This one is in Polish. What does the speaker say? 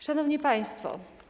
Szanowni Państwo!